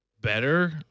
better